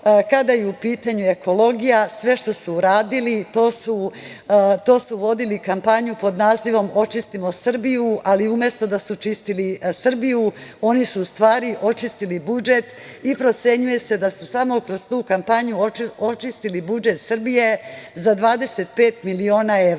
kada je u pitanju ekologija, sve što su uradili to su vodili kampanju pod nazivom „Očistimo Srbiju“, ali umesto da su čistili Srbiju oni su u stvari očistili budžet. Procenjuje se da su samo kroz tu kampanju očistili budžet Srbije za 25 miliona evra.